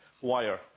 wire